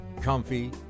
comfy